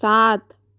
सात